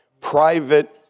private